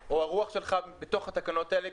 או את הרוח שלך בתקנות האלה.